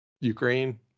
Ukraine